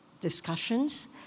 discussions